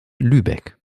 lübeck